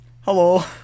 hello